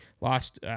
Lost